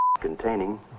containing